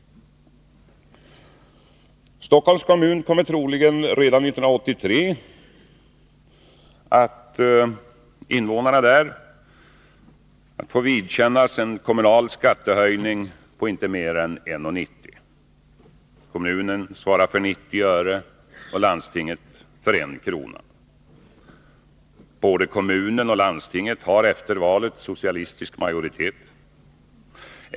Stockholms invånare kommer troligen redan 1983 att få vidkännas en kommunal skattehöjning på inte mindre än 1:90 kr. Kommunen svarar för 90 öre och landstinget för 1 kr. Både kommunen och landstinget har efter valet socialistisk majoritet.